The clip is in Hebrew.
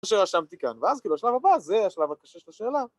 שרשמתי כאן, ואז כאילו השלב הבא זה השלב הקשה של השאלה.